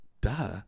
duh